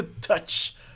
touch